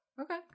Okay